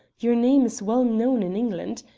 your name is well known in england.